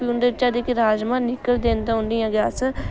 फ्ही उं'दे चा जेह्के राज़मा निकलदे न तां उंदियां गै अस